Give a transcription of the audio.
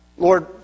Lord